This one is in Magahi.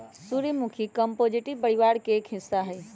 सूर्यमुखी कंपोजीटी परिवार के एक हिस्सा हई